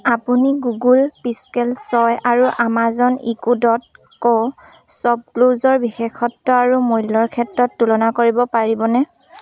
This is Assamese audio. আপুনি গুগল পিক্সেল ছয় আৰু আমাজন ইকো ডট ক' শ্বপক্লুজৰ বিশেষত্ব আৰু মূল্যৰ ক্ষেত্ৰত তুলনা কৰিব পাৰিবনে